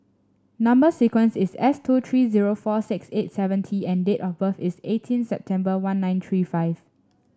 number sequence is S two three zero four six eight seven T and date of birth is eighteen September one nine three five